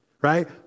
right